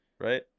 right